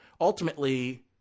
ultimately